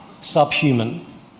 subhuman